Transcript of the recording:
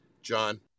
John